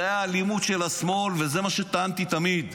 זה האלימות של השמאל וזה מה שטענתי תמיד.